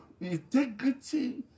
integrity